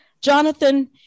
Jonathan